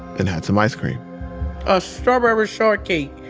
and had some ice cream a strawberry shortcake.